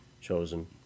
chosen